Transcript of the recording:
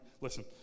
Listen